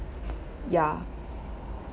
ya